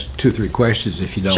to three questions. if you